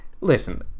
listen